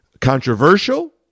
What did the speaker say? controversial